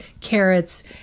carrots